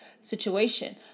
situation